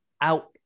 out